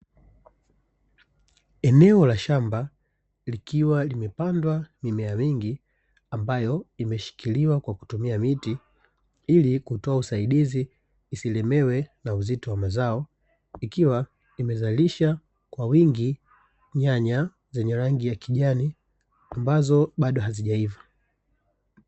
Eneo la shamba likiwa limepandwa mimea mingi, ambayo imeshikiliwa kwa kutumia miti ili kutoa usaidizi isielemewe na uzito wa mazao. Ikiwa imezalisha kwa wingi nyanya zenye rangi ya kijani ambazo bado hazijaiva.